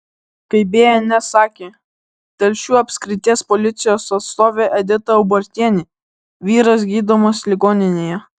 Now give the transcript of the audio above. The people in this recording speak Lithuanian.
kaip bns sakė telšių apskrities policijos atstovė edita ubartienė vyras gydomas ligoninėje